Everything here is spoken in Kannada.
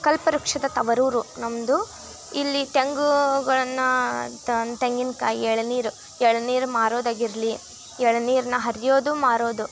ಕಲ್ಪವೃಕ್ಷದ ತವರೂರು ನಮ್ಮದು ಇಲ್ಲಿ ತೆಂಗುಗಳನ್ನು ಅಂತ ತೆಂಗಿನಕಾಯಿ ಎಳನೀರು ಎಳ್ನೀರು ಮಾರೋದಾಗಿರಲಿ ಎಳ್ನೀರನ್ನ ಹರಿಯೋದು ಮಾರೋದು